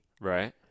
Right